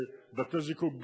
בבתי-זיקוק,